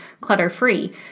clutter-free